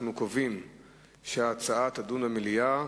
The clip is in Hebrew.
אנחנו קובעים שההצעה תידון במליאה